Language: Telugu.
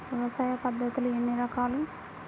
వ్యవసాయ పద్ధతులు ఎన్ని రకాలు?